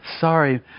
sorry